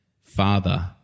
father